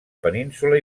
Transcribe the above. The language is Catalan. península